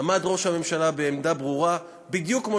עמד ראש הממשלה בעמדה ברורה בדיוק כמו